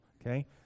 okay